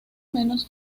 menos